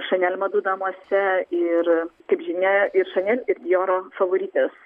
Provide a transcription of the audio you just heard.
šanel madų namuose ir kaip žinia ir šanel ir dioro favoritės